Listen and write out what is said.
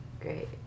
Great